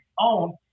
own